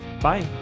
Bye